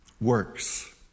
works